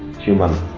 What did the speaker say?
human